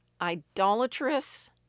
idolatrous